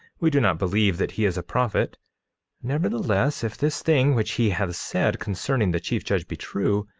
we do not believe that he is a prophet nevertheless, if this thing which he has said concerning the chief judge be true,